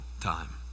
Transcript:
time